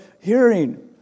hearing